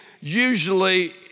usually